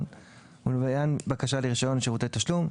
ולעניין בקשה לרישיון שירותי תשלום,